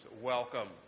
Welcome